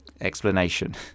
explanation